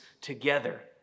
together